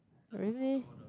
oh really